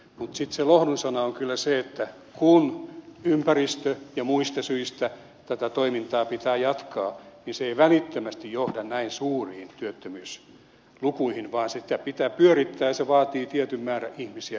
mutta sitten se lohdun sana on kyllä se että kun ympäristö ja muista syistä tätä toimintaa pitää jatkaa niin se ei välittömästi johda näin suuriin työttömyyslukuihin vaan sitä pitää pyörittää ja se vaatii tietyn määrän ihmisiä joka tapauksessa